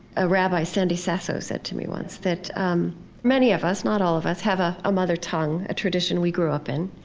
a rabbi, sandy sasso, said to me once that um many of us, not all of us, have ah a mother tongue, a tradition we grew up in,